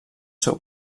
seu